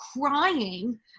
crying